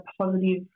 positive